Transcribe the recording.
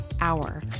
hour